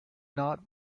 not